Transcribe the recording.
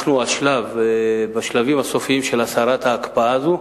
אנחנו בשלבים הסופיים של הסרת ההקפאה הזו,